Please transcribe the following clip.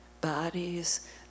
bodies